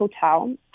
hotel